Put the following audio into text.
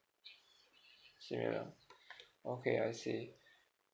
ya okay I see